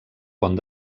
pont